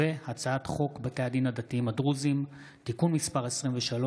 הצעת חוק בתי הדין הדתיים הדרוזיים (תיקון מס' 23),